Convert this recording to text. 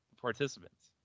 participants